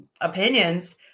opinions